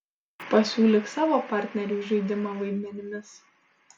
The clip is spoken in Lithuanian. pasiūlyk savo partneriui žaidimą vaidmenimis